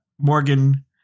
morgan